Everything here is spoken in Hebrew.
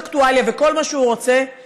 אקטואליה וכל מה שהוא רוצה,